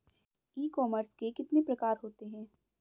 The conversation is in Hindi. ई कॉमर्स के कितने प्रकार होते हैं?